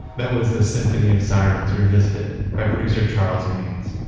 that was the symphony of sirens revisited by producer charles mains.